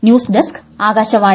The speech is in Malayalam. news desk Akashvani